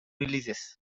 releases